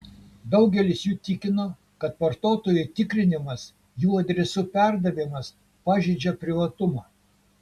daugelis jų tikino kad vartotojų tikrinimas jų adresų perdavimas pažeidžia privatumą